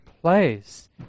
place